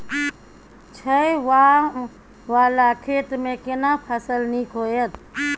छै ॉंव वाला खेत में केना फसल नीक होयत?